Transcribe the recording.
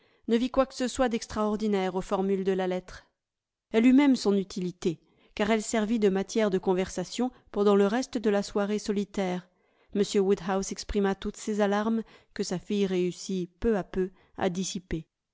ne vit quoi que ce soit d'extraordinaire aux formules de la lettre elle eut même son utilité car elle servit de matière de conversation pendant le reste de la soirée solitaire m woodhouse exprima toutes ses alarmes que sa fille réussit peu à peu à dissiper